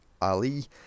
Ali